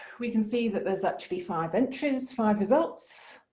we can see that there's actually five entries, five results,